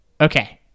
okay